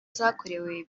zakorewe